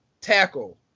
tackle